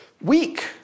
weak